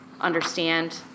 understand